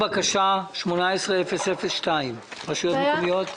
בקשה 18-002, רשויות מקומיות.